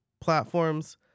platforms